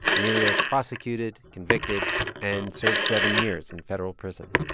emilio was prosecuted, convicted and served seven years in federal prison.